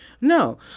No